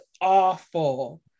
awful